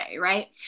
right